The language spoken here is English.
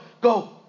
go